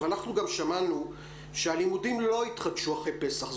אנחנו גם שמענו שהלימודים לא יתחדשו אחרי פסח,